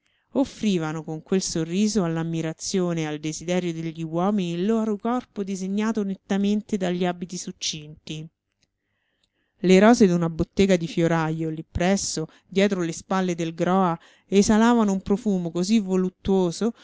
offrivano con quel sorriso all'ammirazione e al desiderio degli uomini il loro corpo disegnato nettamente dagli abiti succinti le rose d'una bottega di fiorajo lì presso dietro le spalle del groa esalavano un profumo così voluttuoso